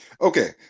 Okay